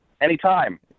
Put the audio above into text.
Anytime